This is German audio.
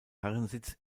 herrensitz